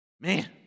Man